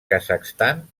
kazakhstan